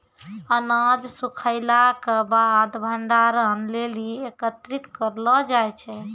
अनाज सूखैला क बाद भंडारण लेलि एकत्रित करलो जाय छै?